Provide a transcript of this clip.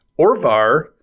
Orvar